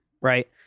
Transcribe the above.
right